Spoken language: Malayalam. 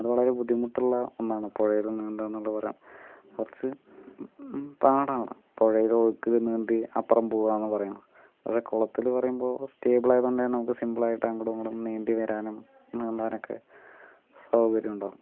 അത് വളരെ ബുദ്ധിമുട്ടുള്ള ഒന്നാണ് പുഴയില് നീന്താന്ന് പറയണത് കുറച്ച് പാടാണ് പുഴയിലെ ഒഴുക്ക് നീന്തി അപ്പറം പോകുകാന്നു പറയുന്നത് പക്ഷേ കുളത്തില് പറയുമ്പോൾ സ്റ്റേബിളായത് കൊണ്ട് തന്നെ നമുക്ക് സിംമ്പിളായിട്ട് അങ്ങടും ഇങ്ങടും നീന്തി വരാനും നീന്താനൊക്കെ സൗകര്യം ഉണ്ടാവും